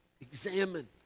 examine